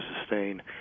sustain